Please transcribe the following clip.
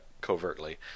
covertly